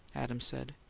adams said.